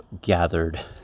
gathered